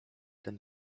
ten